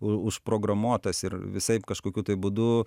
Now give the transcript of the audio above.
u užprogramuotas ir visaip kažkokiu tai būdu